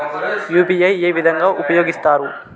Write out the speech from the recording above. UPI ఏ విధంగా ఉపయోగిస్తారు?